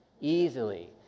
easily